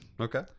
Okay